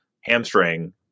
hamstring